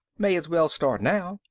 may as well start now,